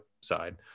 side